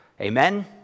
Amen